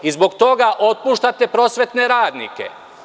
Zbog toga otpuštate prosvetne radnike.